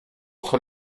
entre